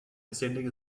ascending